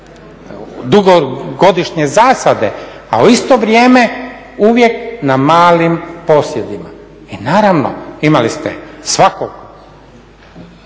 dugogodišnje zasade, a u isto vrijeme uvijek na malim posjedima. I naravno imali ste svakog